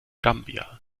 gambia